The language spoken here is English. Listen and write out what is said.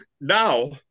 now